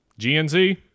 GNC